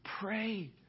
pray